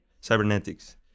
cybernetics